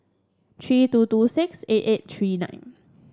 three two two six eight eight three nine